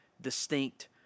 distinct